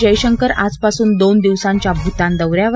जयशंकर आजपासून दोन दिवसांच्या भूतान दौऱ्यावर